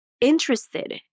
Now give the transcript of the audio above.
interested